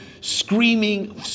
screaming